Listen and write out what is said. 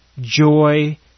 joy